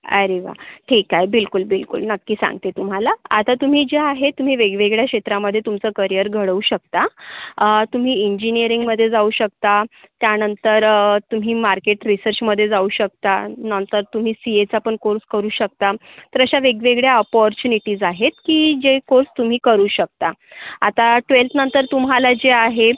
अरे वा ठीक आहे बिलकुल बिलकुल नक्की सांगते तुम्हाला आता तुम्ही ज्या आहे तुम्ही वेगवेगळ्या क्षेत्रामध्ये तुमचं करिअर घडवू शकता तुम्ही इंजिनीअरिंगमध्ये जाऊ शकता त्यानंतर तुम्ही मार्केट रिसर्चमध्ये जाऊ शकता नंतर तुम्ही सी एचा पण कोर्स करू शकता तर अशा वेगवेगळ्या ऑपॉर्च्युनिटीज आहेत की जे कोर्स तुम्ही करू शकता आता ट्वेल्थनंतर तुम्हाला जे आहे